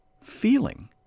feeling